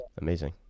amazing